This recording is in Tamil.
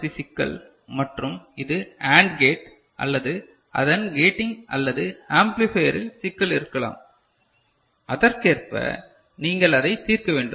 பி சிக்கல் மற்றும் இது AND கேட் அல்லது அதன் கேட்டிங் அல்லது ஆம்ப்ளிபையர் இல் சிக்கல் இருக்கலாம் அதற்கேற்ப நீங்கள் அதை தீர்க்க வேண்டும்